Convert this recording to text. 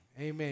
Amen